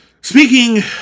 Speaking